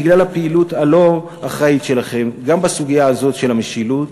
בגלל הפעילות הלא-אחראית שלכם גם בסוגיה הזאת של המשילות,